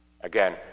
Again